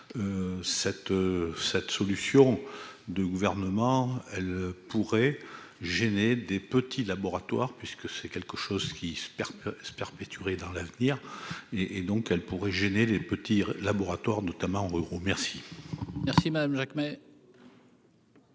cette solution de gouvernement, elle pourrait gêner des petits laboratoires puisque c'est quelque chose qui se perd, se perpétuer dans l'avenir et et donc elle pourrait gêner les petits laboratoires, notamment ruraux, merci, merci madame Jacques, mais.